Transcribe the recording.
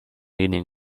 leaning